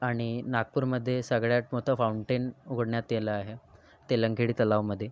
आणि नागपूरमध्ये सगळ्यात मोठ फाऊंटेन उघडण्यात तेल आहे तेलंघीडी तलावमध्ये